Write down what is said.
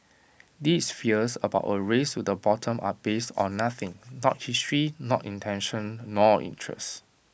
these fears about A race to the bottom are based on nothing not history not intention nor interest